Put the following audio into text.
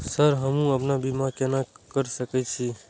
Sir हमू अपना बीमा केना कर सके छी?